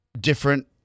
different